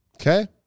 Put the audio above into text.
Okay